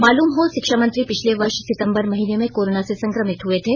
मालूम हो शिक्षामंत्री पिछले वर्ष सितंबर महीने में कोरोना से संक्रमित हुए थे